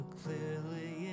clearly